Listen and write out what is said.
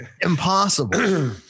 impossible